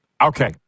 Okay